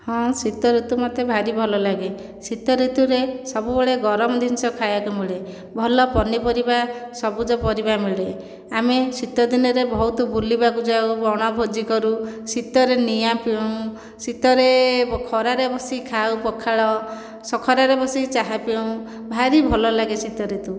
ହଁ ଶୀତ ଋତୁ ମୋତେ ଭାରି ଭଲ ଲାଗେ ଶୀତ ଋତୁରେ ସବୁବେଳେ ଗରମ ଜିନିଷ ଖାଇବାକୁ ମିଳେ ଭଲ ପନିପରିବା ସବୁଜ ପରିବା ମିଳେ ଆମେ ଶୀତ ଦିନରେ ବହୁତ ବୁଲିବାକୁ ଯାଉ ବଣଭୋଜି କରୁ ଶୀତରେ ନିଆଁ ପୁଁ ଶୀତରେ ଖରାରେ ବସି ଖାଉ ପଖାଳ ଖରାରେ ବସି ଚାହା ପିଉଁ ଭାରି ଭଲ ଲାଗେ ଶୀତ ଋତୁ